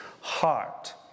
heart